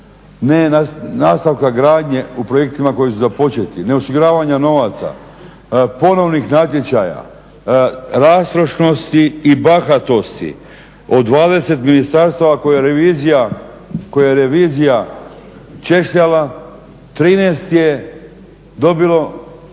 ne nastavka gradnje u projektima koji su započeti, ne osiguravanja novaca, ponovnih natječaja, rastrošnosti i bahatosti od 20 Ministarstava koje revizija češljala 13 je dobilo